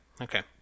Okay